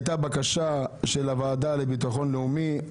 התשפ"ג-2023 הייתה בקשה של הוועדה לביטחון לאומי.